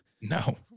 no